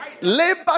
Labor